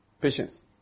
patience